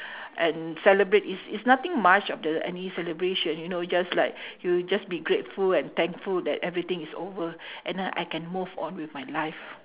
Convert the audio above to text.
and celebrate is is nothing much of the any celebration you know just like you just be grateful and thankful that everything is over and uh I can move on with my life